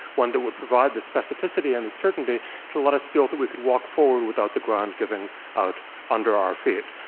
one that would provide the specificity and the certainty to let us feel that we could walk forward without the ground giving out under our feet.